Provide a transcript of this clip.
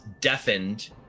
deafened